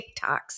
TikToks